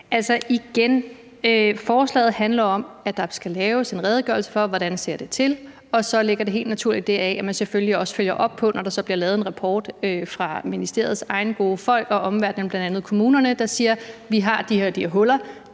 sige, at forslaget handler om, at der skal laves en redegørelse for, hvordan det står til, og så følger det helt naturligt heraf, at man selvfølgelig også følger op på det, når der så bliver lavet en rapport fra ministeriets egne gode folk, og når omverdenen, bl.a. kommunerne, siger: Vi har de og de her huller.